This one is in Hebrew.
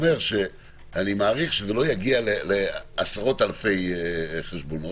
אני מעריך שזה לא יגיע לעשרות אלפי חשבונות,